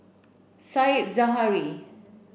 Said Zahari